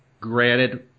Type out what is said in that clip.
Granted